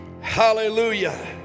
Hallelujah